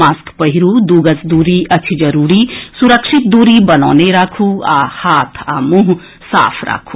mask पहिरू दू गज दूरी अछि जरूरी सुरक्षित दूरी बनौने राखू आ हाथ आ मुंह साफ राखू